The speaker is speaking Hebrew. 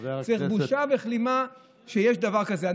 חבר הכנסת, זאת בושה וכלימה שיש דבר כזה.